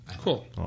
cool